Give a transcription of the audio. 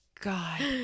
God